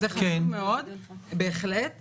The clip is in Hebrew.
זה חשוב מאוד, בהחלט.